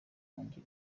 wanjye